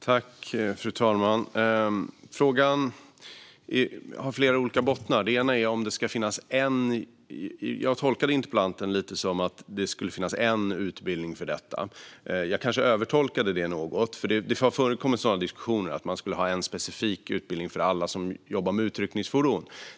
Fru talman! Frågan har flera olika bottnar. Jag tolkade interpellanten lite grann som att det skulle finnas en enda utbildning för detta, men jag kanske övertolkade det något. Det har förekommit diskussioner om att man skulle ha en specifik utbildning för alla som jobbar med utryckningsfordon.